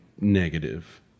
negative